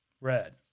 Red